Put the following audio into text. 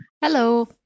Hello